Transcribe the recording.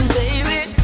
baby